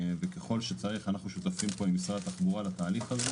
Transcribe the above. וככל שצריך אנחנו שותפים למשרד התחבורה לתהליך הזה